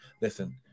Listen